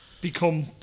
become